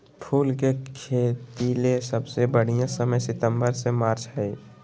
फूल के खेतीले सबसे बढ़िया समय सितंबर से मार्च हई